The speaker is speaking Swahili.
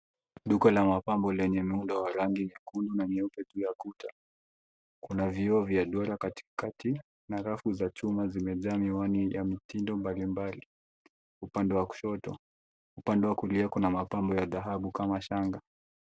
Duka la mapambo lenye muundo wa rangi nyekundu na nyeupe juu ya kuta. Kuna vioo vya duara katikati na rafu za chuma zimejaa miwani ya mitindo mbalimbali upande wa kushoto. Upande wa kulia kuna mapambo ya dhahabu kama shanga.